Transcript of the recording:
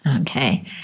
Okay